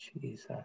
Jesus